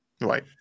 right